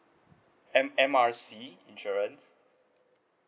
M M R C insurance